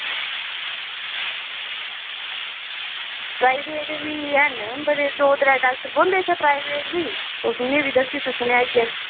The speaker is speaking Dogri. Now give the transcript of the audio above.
प्राईवेट बी हैन दो त्रैऽ बौंह्दे इत्थै तुस उ'नेंगी बी दस्सी सकने आइयै